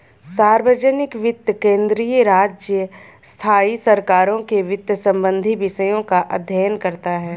सार्वजनिक वित्त केंद्रीय, राज्य, स्थाई सरकारों के वित्त संबंधी विषयों का अध्ययन करता हैं